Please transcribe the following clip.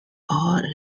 all